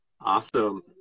Awesome